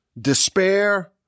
despair